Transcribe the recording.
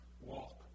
walk